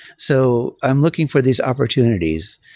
so i'm looking for these opportunities.